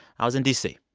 i was in d c